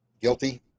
guilty